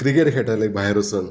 cricket खेळटाले भायर वसोन